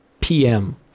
PM